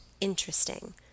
interesting